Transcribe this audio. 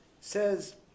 says